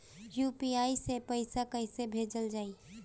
UPI से पैसा कइसे भेजल जाई?